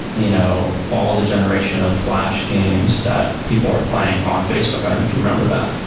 you know all the generation of flash games that people are playing on facebook. i don't know if you remember that.